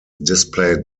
displayed